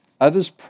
Others